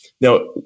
Now